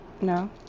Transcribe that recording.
No